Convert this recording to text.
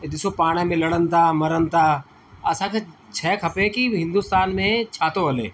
इहो ॾिसो पाण में लड़नि था मरनि था असांखे शइ खपे की हिंदुस्तान में छा थो हले